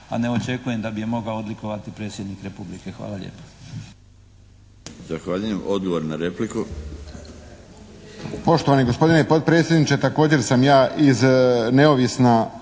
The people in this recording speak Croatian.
a ne očekujem da bi je mogao odlikovati predsjednik Republike. Hvala lijepo.